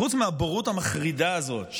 חוץ מהבורות המחרידה הזאת,